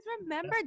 remember